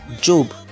Job